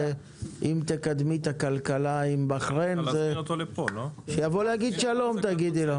ואם תקדמי את הכלכלה עם בחריין שיבוא להגיד שלום תגידי לו.